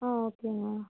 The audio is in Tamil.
ஆ ஓகேங்க